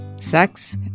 Sex